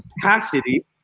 capacity